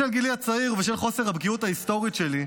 בשל גילי הצעיר ובשל חוסר הבקיאות ההיסטורית שלי,